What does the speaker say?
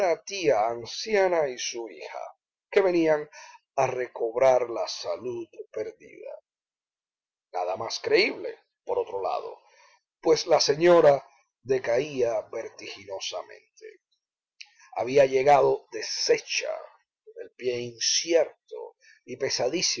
tía anciana y su hija que venían a recobrar la salud perdida nada más creíble por otro lado pues la señora decaía vertiginosamente había llegado deshecha el pie incierto y